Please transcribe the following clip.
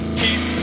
keep